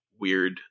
weird